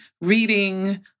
reading